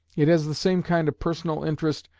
it has the same kind of personal interest,